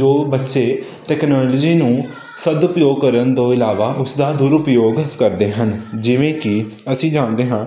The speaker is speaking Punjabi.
ਜੋ ਬੱਚੇ ਟੈਕਨੋਲਜੀ ਨੂੰ ਸਦਉਪਯੋਗ ਕਰਨ ਤੋਂ ਇਲਾਵਾ ਉਸਦਾ ਦੁਰਉਪਯੋਗ ਕਰਦੇ ਹਨ ਜਿਵੇਂ ਕਿ ਅਸੀਂ ਜਾਣਦੇ ਹਾਂ